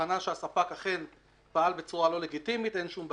בחנה שהספק אכן פעל בצורה לא לגיטימית אין שום בעיה.